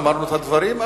אמרנו את הדברים,